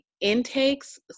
intakes